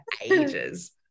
ages